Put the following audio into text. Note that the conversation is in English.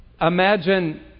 Imagine